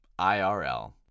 IRL